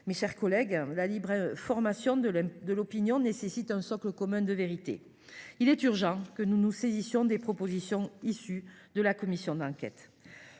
Mes chers collègues, la libre formation de l’opinion nécessite un socle commun de vérité. Il est urgent que nous nous saisissions des propositions issues de la commission d’enquête,